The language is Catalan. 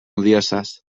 odioses